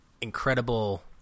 incredible